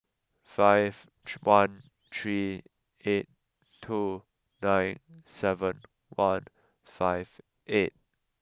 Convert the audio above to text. five tran three eight two nine seven one five eight